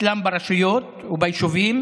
אצלם ברשויות וביישובים,